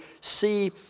see